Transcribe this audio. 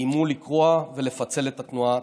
איימו לקרוע ולפצל את התנועה הציונית.